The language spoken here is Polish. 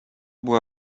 była